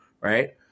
right